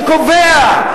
שקובע,